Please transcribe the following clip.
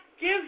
give